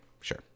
Sure